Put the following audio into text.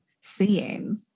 seeing